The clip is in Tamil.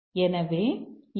எனவே எம்